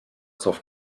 zoff